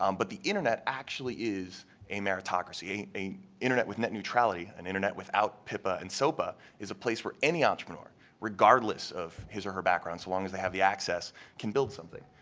um but the internet actually is a meritocracy. an internet with neutrality, an internet without pipa and sopa is a place where any entrepreneur regardless of his or her background, so long as they have the access can build something.